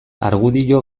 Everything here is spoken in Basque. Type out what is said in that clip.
argudio